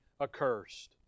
accursed